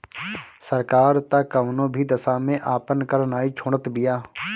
सरकार तअ कवनो भी दशा में आपन कर नाइ छोड़त बिया